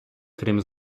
крім